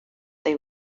they